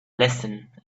listen